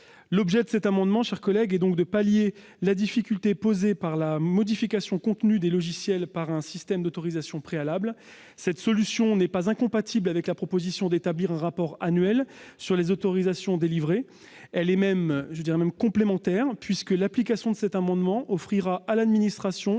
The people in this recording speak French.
L'objet de cet amendement, mes chers collègues, est donc de pallier la difficulté posée par la modification contenue des logiciels par un système d'autorisation préalable. Cette solution n'est pas incompatible avec la proposition d'établir un rapport annuel sur les autorisations délivrées. Elle est même complémentaire, puisque l'adoption de cet amendement offrirait à l'administration